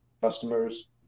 customers